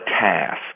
task